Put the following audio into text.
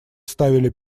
ставили